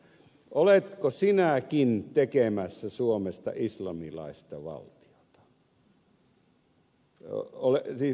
oletko sinäkin tekemässä suomesta islamilaista valtiota